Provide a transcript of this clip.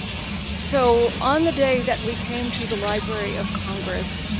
so, on the day that we came to the library of congress,